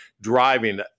driving